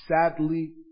sadly